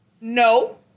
No